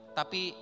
tapi